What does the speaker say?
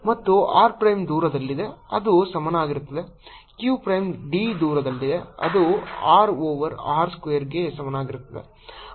ಮತ್ತು q prime ದೂರದಲ್ಲಿದೆ ಅದು ಸಮಾನವಾಗಿರುತ್ತದೆ q ಪ್ರೈಮ್ d ದೂರದಲ್ಲಿದೆ ಇದು r ಓವರ್ R ಸ್ಕ್ವೇರ್ಗೆ ಸಮಾನವಾಗಿರುತ್ತದೆ